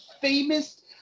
famous